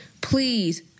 please